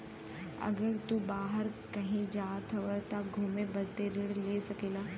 अगर तू बाहर कही जात हउआ त घुमे बदे ऋण ले सकेला